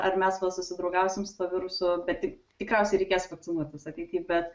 ar mes va susidraugausim su tuo virusu bet tikriausiai reikės vakcinuotis ateity bet